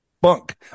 bunk